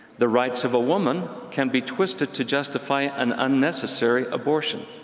the rights of a woman can be twisted to justify an unnecessary abortion.